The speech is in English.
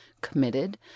committed